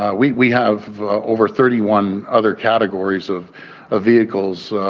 ah we we have over thirty one other categories of ah vehicles.